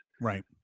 Right